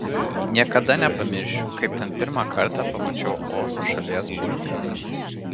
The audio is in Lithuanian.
niekada nepamiršiu kaip ten pirmą kartą pamačiau ozo šalies burtininką